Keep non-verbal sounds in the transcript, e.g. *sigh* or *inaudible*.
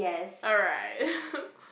alright *laughs*